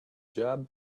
job